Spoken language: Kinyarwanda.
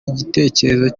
igitekerezo